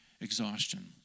exhaustion